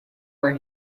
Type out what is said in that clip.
when